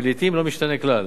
ולעתים לא משתנה כלל.